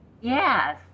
Yes